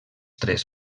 tres